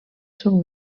seu